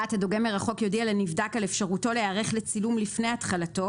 (1)הדוגם מרחוק יודיע לנבדק על אפשרותו להיערך לצילום לפני התחלתו